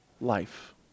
life